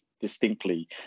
distinctly